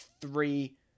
three